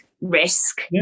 risk